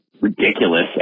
ridiculous